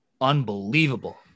unbelievable